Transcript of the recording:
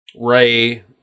ray